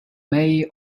may